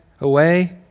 away